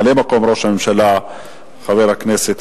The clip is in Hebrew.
בקריאה ראשונה ותעבור לוועדת החינוך,